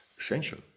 essential